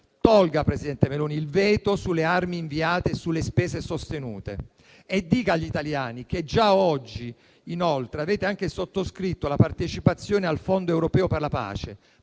Meloni, il veto sulle armi inviate e sulle spese sostenute e dica agli italiani che già oggi avete anche sottoscritto la partecipazione al Fondo europeo per la pace;